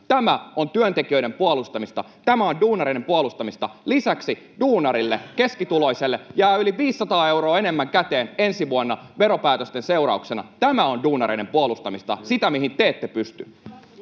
Tämä on työntekijöiden puolustamista, tämä on duunareiden puolustamista. Lisäksi duunarille, keskituloiselle jää yli 500 euroa enemmän käteen ensi vuonna veropäätösten seurauksena. Tämä on duunareiden puolustamista, sitä, mihin te ette pysty.